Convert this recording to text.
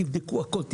תבדקו הכול,